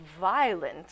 violent